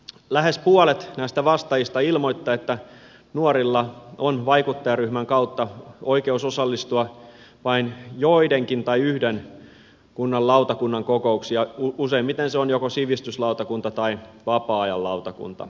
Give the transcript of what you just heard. lähes puolet näistä vastaajista ilmoittaa että nuorilla on vaikuttajaryhmän kautta oikeus osallistua vain joidenkin lautakuntien tai yhden kunnan lautakunnan kokouksiin ja useimmiten se on joko sivistyslautakunta tai vapaa ajan lautakunta